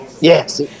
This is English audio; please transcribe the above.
Yes